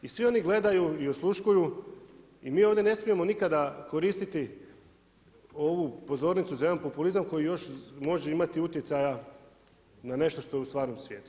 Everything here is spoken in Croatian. I svi oni gledaju i osluškuju i mi ovdje ne smijemo nikada koristiti ovu pozornicu za jedan populizam koji još može imati utjecaja na nešto što je u stvarnom svijetu.